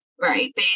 Right